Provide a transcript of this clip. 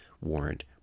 warrant